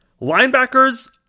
Linebackers